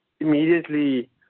immediately